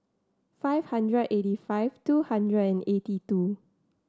five hundred eighty five two hundred and eighty two